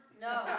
No